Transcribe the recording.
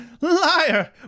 Liar